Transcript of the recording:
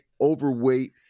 overweight